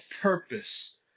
purpose